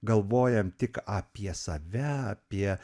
galvojam tik apie save apie